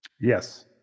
Yes